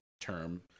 term